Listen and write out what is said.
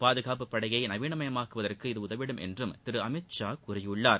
பாதுகாப்புப் படையை நவீனமயமாக்குவதற்கு இது உதவிடும் என்றும் திரு அமித்ஷா கூறியுள்ளார்